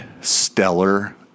stellar